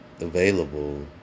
available